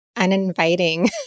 uninviting